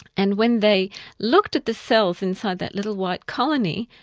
and when they looked at the cells inside that little white colony,